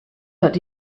that